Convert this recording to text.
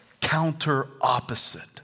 counter-opposite